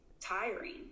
tiring